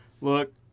Look